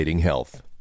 health